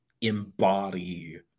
embody